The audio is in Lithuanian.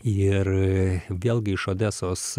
ir vėlgi iš odesos